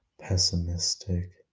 pessimistic